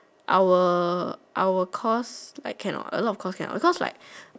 our our course I cannot a lot of course cannot because like